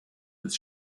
des